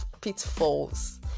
pitfalls